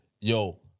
yo